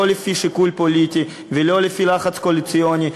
לא לפי שיקול פוליטי ולא לפי לחץ קואליציוני.